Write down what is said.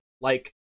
like-